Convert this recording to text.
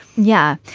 yeah.